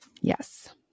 Yes